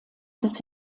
des